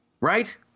right